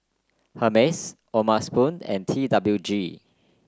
Hermes O'ma Spoon and T W G